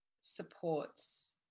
supports